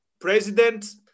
president